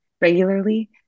regularly